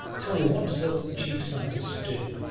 tell me, what does a chief scientist do?